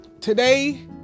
today